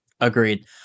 agreed